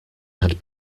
had